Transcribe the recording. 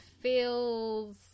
feels